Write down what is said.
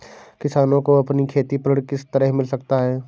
किसानों को अपनी खेती पर ऋण किस तरह मिल सकता है?